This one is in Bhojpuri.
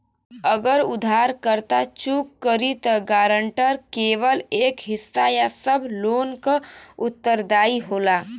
अगर उधारकर्ता चूक करि त गारंटर केवल एक हिस्सा या सब लोन क उत्तरदायी होला